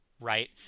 right